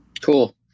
cool